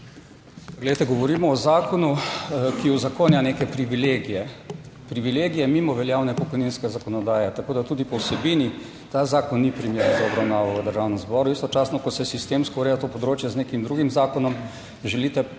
Poglejte, govorimo o zakonu, ki uzakonja neke privilegije, privilegije mimo veljavne pokojninske zakonodaje, tako tudi po vsebini ta zakon ni primeren za obravnavo v Državnem zboru. Istočasno, ko se sistemsko ureja to področje z nekim drugim zakonom, želite na